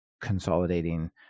consolidating